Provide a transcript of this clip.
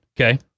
Okay